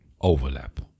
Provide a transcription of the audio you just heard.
overlap